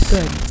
Good